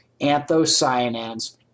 anthocyanins